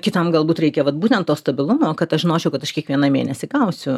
kitam galbūt reikia vat būtent to stabilumo kad aš žinočiau kad aš kiekvieną mėnesį gausiu